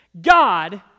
God